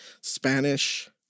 Spanish